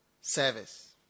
service